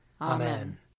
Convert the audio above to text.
Amen